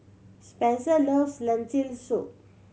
Spenser loves Lentil Soup